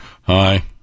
Hi